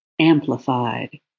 amplified